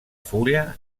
fulla